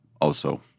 also-